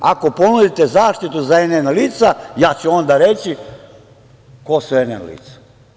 Ako ponudite zaštitu za NN lica, ja ću onda reći ko su NN lica.